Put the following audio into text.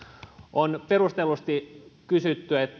on perustellusti kysytty